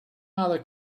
other